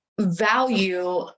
value